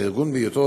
בהיותו,